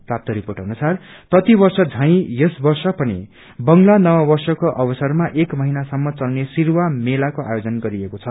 प्राप्त रिपोेट अनुसार प्रतिवर्ष झै यस वर्ष पनि बंगला नव वर्षको अवसरमा एक महिना सम्म चल्ने शिस्आ मेलाको आयोजन गरिएको छ